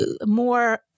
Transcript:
more